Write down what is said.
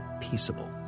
peaceable